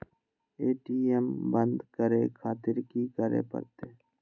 ATM बंद करें खातिर की करें परतें?